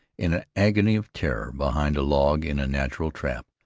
in an agony of terror, behind a log in a natural trap,